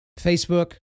Facebook